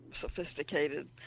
sophisticated